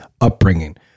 upbringing